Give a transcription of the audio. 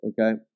Okay